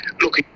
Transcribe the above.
Look